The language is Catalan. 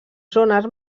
zones